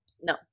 No